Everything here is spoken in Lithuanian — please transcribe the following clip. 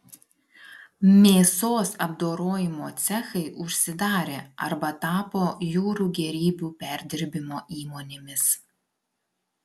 mėsos apdorojimo cechai užsidarė arba tapo jūrų gėrybių perdirbimo įmonėmis